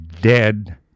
dead